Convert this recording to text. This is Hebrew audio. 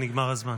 נגמר הזמן.